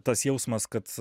tas jausmas kad